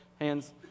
hands